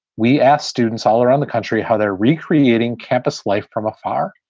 we ask students all around the country how they're recreating campus life from afar,